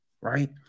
Right